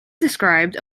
described